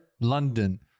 london